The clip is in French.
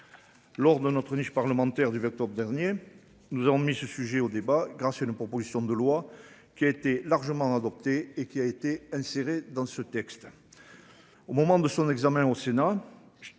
Lors de notre niche parlementaire du 20 octobre dernier, nous avons mis ce sujet au débat grâce une proposition de loi qui a été largement adopté et qui a été insérée dans ce texte. Au moment de son examen au Sénat.